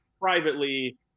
Privately